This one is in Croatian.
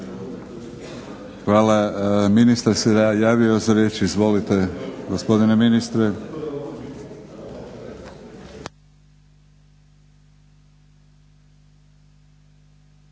Hvala. Ministar se javio za riječ. Izvolite gospodine ministre.